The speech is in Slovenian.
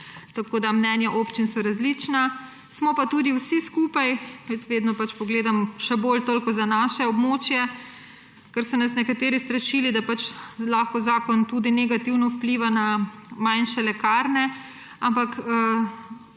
Tako da mnenja občin so različna. Smo pa tudi vsi skupaj, jaz vedno pač pogledam še bolj toliko za naše območje, ker so nas nekateri strašili, da lahko zakon tudi negativno vpliva na manjše lekarne, ampak